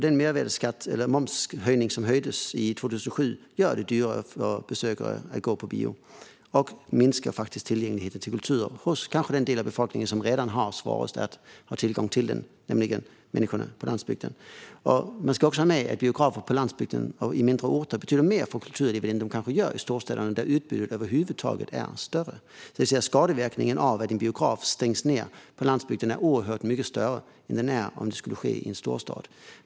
Momshöjningen 2007 gör det dyrare att gå på bio och minskar tillgängligheten till kultur hos den del av befolkningen som redan har sämst tillgång till den, nämligen människorna på landsbygden. Man ska också ha med sig att biografer på landsbygden och mindre orter betyder mer för kulturen än vad de kanske gör i storstäderna, där utbudet över huvud taget är större. Skadeverkningen om en biograf stängs ned på landsbygden är oerhört mycket större än om det skulle ske i en storstad.